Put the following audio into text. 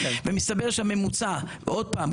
ועוד פעם,